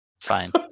Fine